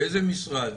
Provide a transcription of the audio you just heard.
באיזה משרד?